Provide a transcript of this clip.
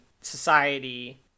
society